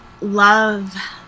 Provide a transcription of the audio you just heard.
love